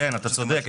כן, אתה צודק.